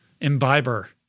imbiber